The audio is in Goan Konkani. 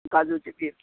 काजूच्यो बिंयो